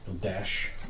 Dash